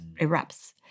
erupts